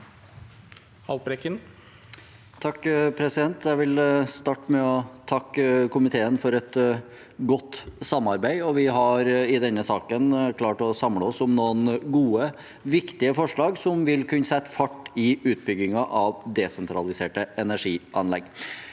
sa- ken): Jeg vil starte med å takke komiteen for godt samarbeid. Vi har i denne saken klart å samle oss om noen gode og viktige forslag som vil kunne sette fart på utbyggingen av desentraliserte energianlegg.